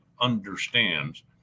understands